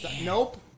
Nope